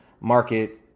market